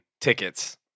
tickets